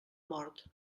mort